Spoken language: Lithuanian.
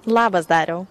labas dariau